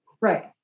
Right